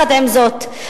עם זאת,